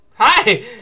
Hi